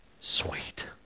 sweet